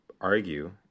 argue